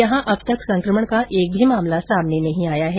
यहां अब तक संकमण का एक भी मामला सामने नहीं आया है